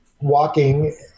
walking